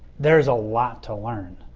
there's a lot to learn.